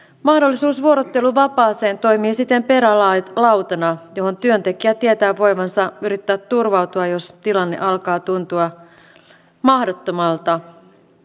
mahdollisuus vuorotteluvapaaseen toimii siten perälautana johon työntekijä tietää voivansa yrittää turvautua jos tilanne alkaa tuntua mahdottomalta